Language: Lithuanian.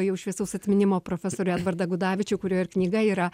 jau šviesaus atminimo profesorių edvardą gudavičių kurio ir knyga yra